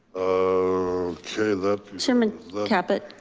ah caleb. chairman caput,